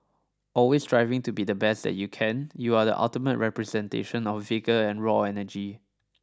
always striving to be the best that you can be you are the ultimate representation of vigour and raw energy